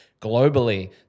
globally